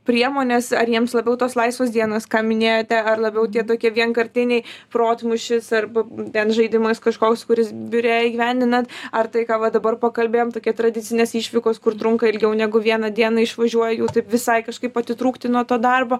priemones ar jiems labiau tos laisvos dienos ką minėjote ar labiau tie tokie vienkartiniai protmūšis arba bent žaidimas kažkoks kuris biure įgyvendinat ar tai ką va dabar pakalbėjom tokie tradicinės išvykos kur trunka ilgiau negu vieną dieną išvažiuoja jau taip visai kažkaip atitrūkti nuo to darbo